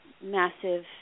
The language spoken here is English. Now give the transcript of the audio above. massive